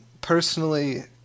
personally